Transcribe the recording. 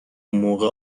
موقع